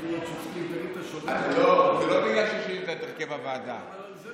ששינינו את הרכב הוועדה לבחירת שופטים.